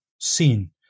seen